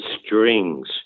strings